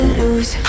lose